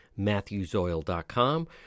matthewsoil.com